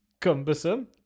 cumbersome